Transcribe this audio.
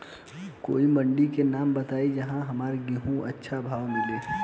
कोई मंडी के नाम बताई जहां हमरा गेहूं के अच्छा भाव मिले?